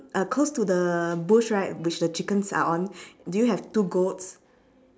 uh close to the bush right which the chickens are on do you have two goats